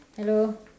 hello